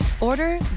Order